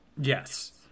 yes